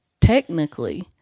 Technically